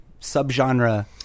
subgenre